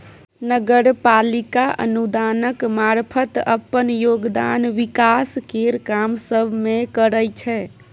नगर पालिका अनुदानक मारफत अप्पन योगदान विकास केर काम सब मे करइ छै